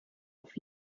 auf